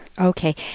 Okay